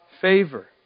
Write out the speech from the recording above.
favor